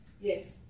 Yes